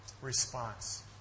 response